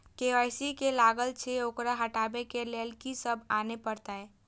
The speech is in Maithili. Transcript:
के.वाई.सी जे लागल छै ओकरा हटाबै के लैल की सब आने परतै?